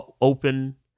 open